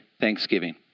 Thanksgiving